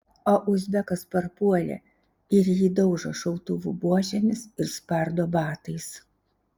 o uzbekas parpuolė ir jį daužo šautuvų buožėmis ir spardo batais